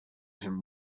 him